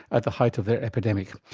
at the height of their epidemic.